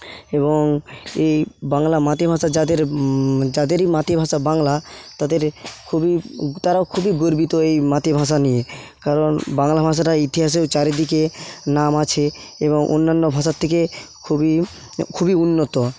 এবং এই বাংলা মাতৃভাষা যাদের যাদেরই মাতৃভাষা বাংলা তাদের খুবই তারাও খুবই গর্বিত এই মাতৃভাষা নিয়ে কারণ বাংলা ভাষাটা ইতিহাসেও চারিদিকে নাম আছে এবং অন্যান্য ভাষার থেকে খুবই খুবই উন্নত